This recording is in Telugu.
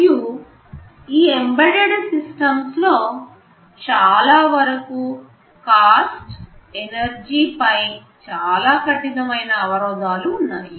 మరియు ఈ ఎంబెడెడ్ సిస్టమ్స్లో చాలా వరకు కాస్ట్ ఎనర్జీ పై చాలా కఠినమైన అవరోధాలు ఉన్నాయి